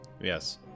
Yes